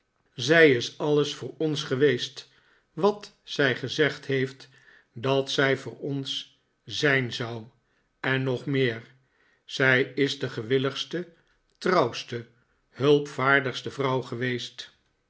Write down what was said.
zij is alles voor ons geweest wat zij gezegd heeft dat zij voor ons zijn zou en nog meer zij is de gewilligste trouwste hulpvaardigste vrouw geweest